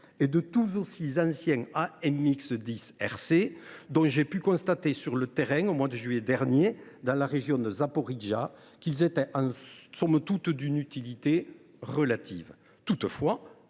et de tout aussi anciens chars AMX 10 RC, dont j’ai pu constater sur le terrain, au mois de juillet dernier, dans la région de Zaporijia, qu’ils étaient somme toute d’une utilité relative… Toutefois,